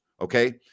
Okay